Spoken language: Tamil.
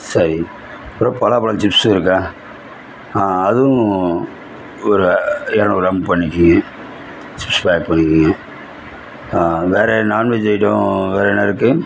சரி அப்புறம் பலாப்பழம் சிப்ஸ் இருக்கா அதுவும் ஒரு இரநூறு கிராம் பண்ணிக்கோங்க லிஸ்டில் ஆட் பண்ணிக்கோங்க வேறு நான் வெஜ் ஐட்டம் வேறு என்ன இருக்குது